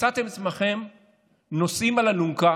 מצאתם את עצמכם נושאים על אלונקה